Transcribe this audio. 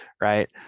right